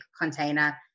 container